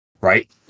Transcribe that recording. right